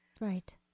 Right